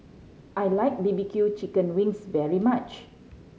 I like B B Q chicken wings very much